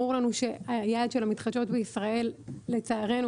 ברור לנו שהיעד של המתחדשות בישראל מבוסס,